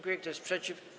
Kto jest przeciw?